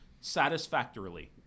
satisfactorily